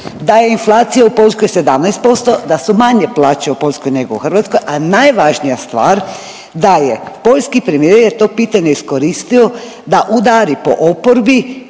da je inflacija u Poljskoj 17%, da su manje plaće u Poljskoj nego u Hrvatskoj, a najvažnija stvar da je poljski premijer to pitanje iskoristio da udari po oporbi